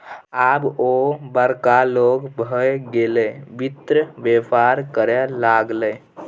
आब ओ बड़का लोग भए गेलै वित्त बेपार करय लागलै